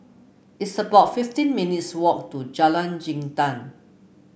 it's about fifteen minutes' walk to Jalan Jintan